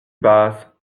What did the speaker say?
basse